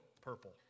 purple